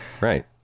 Right